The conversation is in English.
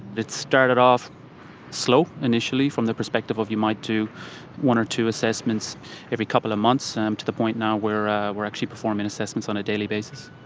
it started off slow initially, from the perspective of you might do one or two assessments every couple of months, um to the point now where ah we're actually performing assessments on a daily basis.